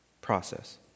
process